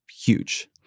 huge